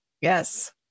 yes